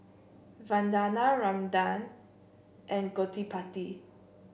Vandana Ramanand and Gottipati